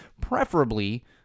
preferably